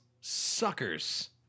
Suckers